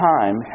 time